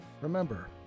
Remember